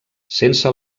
sense